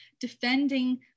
defending